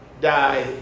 die